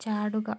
ചാടുക